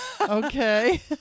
Okay